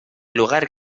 lugar